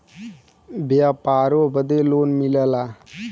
व्यापारों बदे लोन मिलला